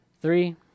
Three